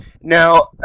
Now